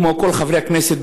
כמו כל חברי הכנסת,